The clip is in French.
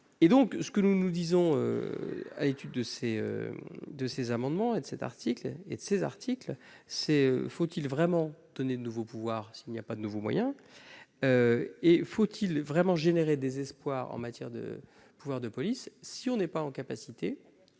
et donc ce que nous disons à l'étude de ces, de ces amendements et cet article et ces articles c'est : faut-il vraiment donner de nouveaux pouvoirs s'il n'y a pas de nouveaux moyens et faut-il vraiment généré désespoir en matière de pouvoir de police, si on n'est pas en capacité